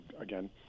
again